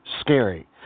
scary